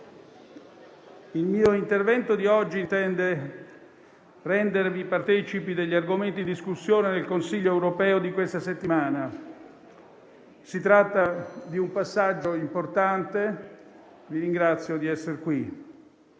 il mio intervento di oggi intende rendervi partecipi degli argomenti in discussione nel Consiglio europeo di questa settimana. Si tratta di un passaggio importante e vi ringrazio di essere qui.